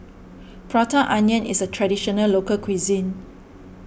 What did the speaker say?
Prata Onion is a Traditional Local Cuisine